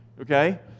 Okay